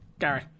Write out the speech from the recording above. Gary